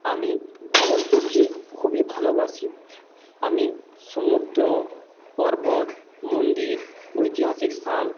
আমি ভ্রমণ করতে খুবই ভালোবাসি আমি সমুদ্র পর্বত মন্দির ঐতিহাসিক স্থান